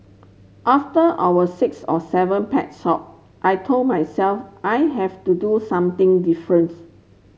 after our six or seven pet store I told myself I have to do something difference